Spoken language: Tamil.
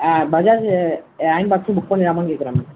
பஜாஜ் அயன்பாக்ஸும் புக் பண்ணிடலாமான்னு கேட்குறேன் மேம்